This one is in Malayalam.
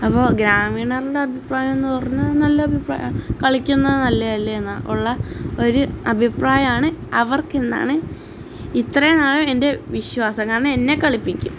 അപ്പോൾ ഗ്രാമീണരുടെ അഭിപ്രായമെന്നു പറഞ്ഞ നല്ലഭിപ്രായമാണ് കളിക്കുന്നത് നല്ലതല്ലെന്നുള്ള ഒരു അഭിപ്രായമാണ് അവർക്കെന്നാണ് ഇത്രയും നാളുമെന്റെ വിശ്വാസം കാരണം എന്നെ കളിപ്പിക്കും